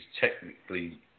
technically